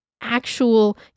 actual